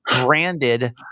branded